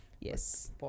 Yes